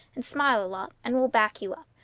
and smile a lot, and we'll back you up.